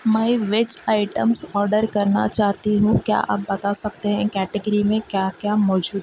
میں veg items order کرنا چاہتی ہوں کیا آپ بتا سکتے ہیں کیٹیگری میں کیا کیا موجود ہے